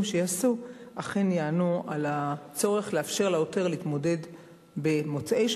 שייעשו אכן יענו על הצורך לאפשר לעותר להתמודד במוצאי-שבת,